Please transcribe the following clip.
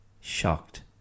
shocked